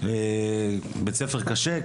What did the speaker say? בית ספר קשה,